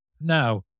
Now